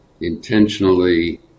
intentionally